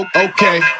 Okay